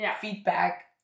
feedback